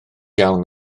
iawn